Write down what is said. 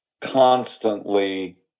constantly